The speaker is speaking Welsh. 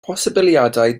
posibiliadau